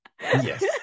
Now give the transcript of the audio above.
yes